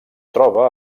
troba